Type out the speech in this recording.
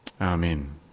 Amen